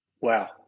Wow